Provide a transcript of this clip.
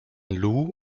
lou